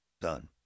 done